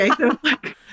Okay